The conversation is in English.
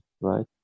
right